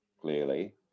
clearly